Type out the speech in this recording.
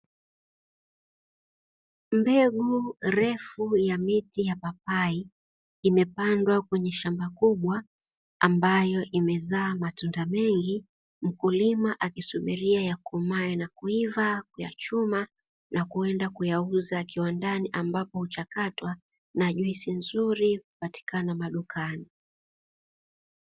Mbegu refu ya miti ya papai imepandwa kwenye shamba kubwa ambayo imezaa matunda mengi, mkulima akisubiria yakomae na kuiva kuyachuma na kwenda kuyauza kiwandani, ambapo huchakatwa na juisi nzuri hupatikana madukani.